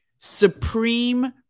supreme